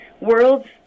World's